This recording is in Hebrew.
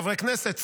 חברי כנסת,